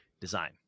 design